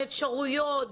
על אפשרויות,